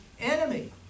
enemy